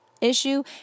issue